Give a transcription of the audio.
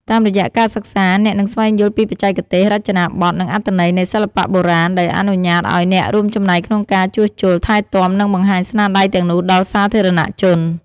តាមរយៈការសិក្សា អ្នកនឹងស្វែងយល់ពីបច្ចេកទេស រចនាប័ទ្ម និងអត្ថន័យនៃសិល្បៈបុរាណ ដែលអនុញ្ញាតឱ្យអ្នករួមចំណែកក្នុងការជួសជុល ថែទាំ និងបង្ហាញស្នាដៃទាំងនោះដល់សាធារណជន។